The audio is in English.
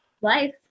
life